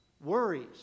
worries